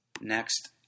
Next